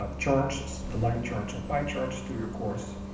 ah charts, line charts or pie charts through your course,